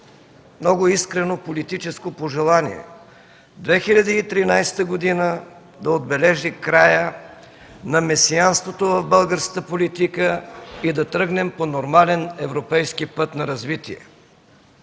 много искрено политическо пожелание – 2013 г. да отбележи края на месианството в българската политика и да тръгнем по нормален европейски път на развитие.